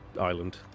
Island